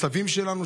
הסבים שלנו,